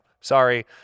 Sorry